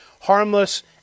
harmless